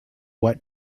what